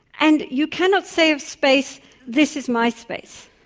and you cannot say of space this is my space,